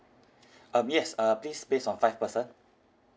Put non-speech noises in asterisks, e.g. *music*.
*breath* um yes err please base on five person